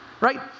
Right